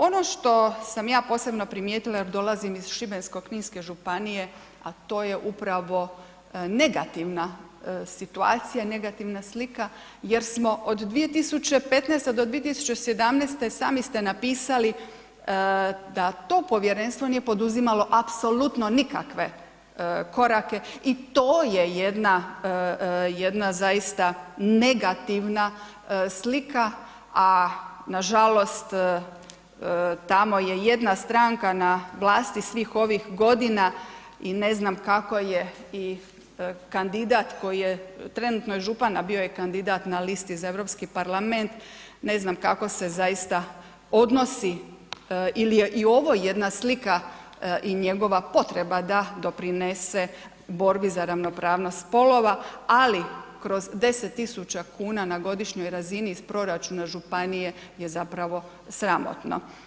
Ono što sam ja posebno primijetila jer dolazim iz Šibensko-kninske županije, a to je upravo negativna situacija, negativna slika jer smo od 2015. do 2017. sami ste napisali da to povjerenstvo nije poduzimalo apsolutno nikakve korake i to je jedna, jedna zaista negativna slika, a nažalost tamo je jedna stranka na vlasti svih ovih godina i ne znam kako je i kandidat koji je, trenutno je župan, a bio je kandidat na listi za Europski parlament, ne znam kako se zaista odnosi ili je i ovo jedna slika i njegova potreba da doprinese borbi za ravnopravnost spolova, ali kroz 10.000 kuna na godišnjoj razini iz proračuna županije je zapravo sramotno.